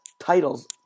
titles